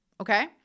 Okay